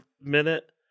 minute